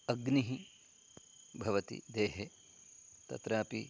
अग्निः भवति देहे तत्रापि